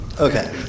Okay